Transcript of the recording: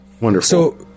wonderful